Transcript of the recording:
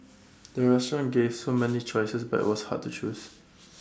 the restaurant gave so many choices but IT was hard to choose